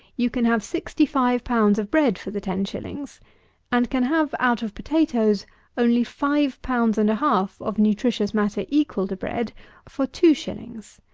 you can have sixty-five pounds of bread for the ten shillings and can have out of potatoes only five pounds and a half of nutritious matter equal to bread for two shillings!